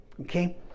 okay